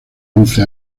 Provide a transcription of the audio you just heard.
once